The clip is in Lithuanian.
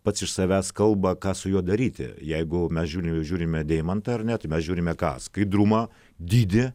pats iš savęs kalba ką su juo daryti jeigu mes žiūrime žiūrime deimantą ar net mes žiūrime ką skaidrumą dydį